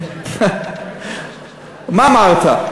מה אמרת?